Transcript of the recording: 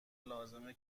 لازمه